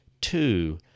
Two